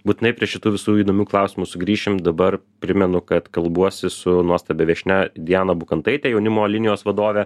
būtinai prie šitų visų įdomių klausimų sugrįšim dabar primenu kad kalbuosi su nuostabia viešnia diana bukantaite jaunimo linijos vadove